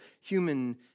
human